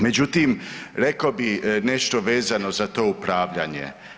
Međutim rekao bi nešto vezano za to upravljanje.